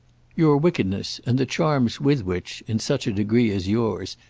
your wickedness and the charms with which, in such a degree as yours,